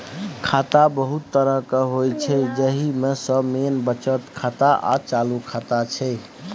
खाता बहुत तरहक होइ छै जाहि मे सँ मेन बचत खाता आ चालू खाता छै